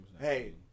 Hey